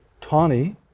Tawny